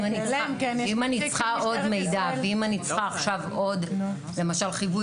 אם אני צריכה עוד מידע ואם אני צריכה עכשיו עוד למשל חיווי